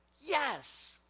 Yes